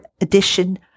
edition